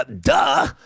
duh